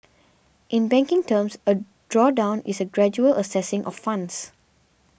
in banking terms a drawdown is a gradual accessing of funds